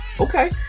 okay